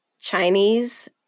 Chinese